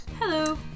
Hello